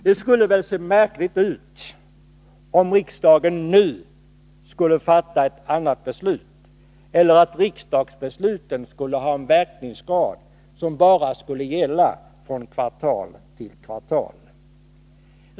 Det skulle väl te sig märkligt om riksdagen nu fattade ett annat beslut, eller om verkan av riksdagsbeslut båra skulle gälla från kvartal till kvartal.